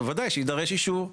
בוודאי שיידרש אישור,